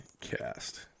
cast